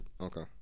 Okay